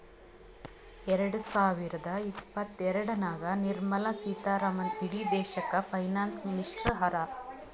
ಎರಡ ಸಾವಿರದ ಇಪ್ಪತ್ತಎರಡನಾಗ್ ನಿರ್ಮಲಾ ಸೀತಾರಾಮನ್ ಇಡೀ ದೇಶಕ್ಕ ಫೈನಾನ್ಸ್ ಮಿನಿಸ್ಟರ್ ಹರಾ